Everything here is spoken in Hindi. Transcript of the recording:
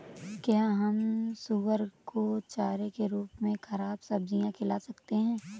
क्या हम सुअर को चारे के रूप में ख़राब सब्जियां खिला सकते हैं?